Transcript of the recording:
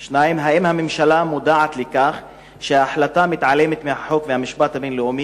2. האם הממשלה מודעת לכך שההחלטה מתעלמת מהחוק והמשפט הבין-לאומי,